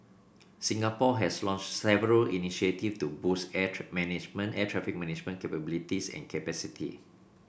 Singapore has launched several initiatives to boost air traffic management air traffic management capabilities and capacity